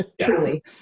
truly